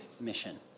mission